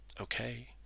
Okay